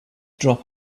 drop